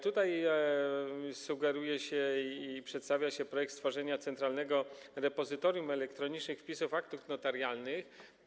Tutaj sugeruje się i przedstawia się projekt stworzenia Centralnego Repozytorium Elektronicznych Wypisów Aktów Notarialnych.